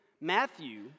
Matthew